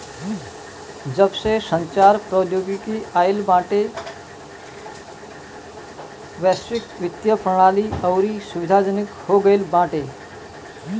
जबसे संचार प्रौद्योगिकी आईल बाटे वैश्विक वित्तीय प्रणाली अउरी सुविधाजनक हो गईल बाटे